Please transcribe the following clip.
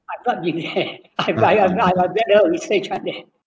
I thought you have I thought I thought I thought you say which [one] have